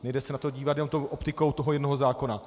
Nejde se na to dívat jenom optikou toho jednoho zákona.